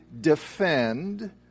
defend